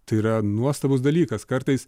tai yra nuostabus dalykas kartais